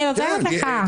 אני עוזרת לך.